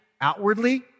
outwardly